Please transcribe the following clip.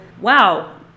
wow